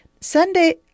Sunday